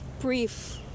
brief